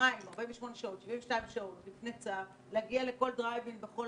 וש-72 או 48 שעות לפני צו יגיעו לכל דרייב-אין בכל